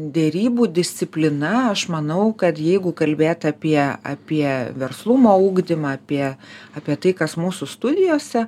derybų disciplina aš manau kad jeigu kalbėt apie apie verslumo ugdymą apie apie tai kas mūsų studijose